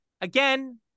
again